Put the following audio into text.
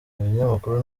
ibinyamakuru